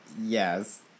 Yes